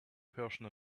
person